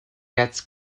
gets